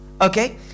Okay